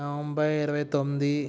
November ఇరవై తొంది